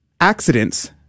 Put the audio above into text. accidents